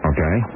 Okay